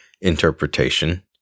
interpretation